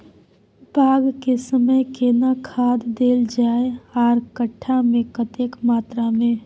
बाग के समय केना खाद देल जाय आर कट्ठा मे कतेक मात्रा मे?